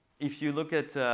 if you look at